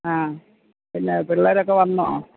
ആ പിന്നെ പിള്ളാരൊക്കെ വന്നോ